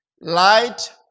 Light